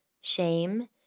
shame